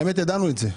האמת ידענו את זה.